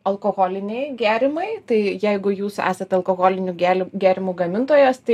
alkoholiniai gėrimai tai jeigu jūs esat alkoholinių gėli gėrimų gamintojas tai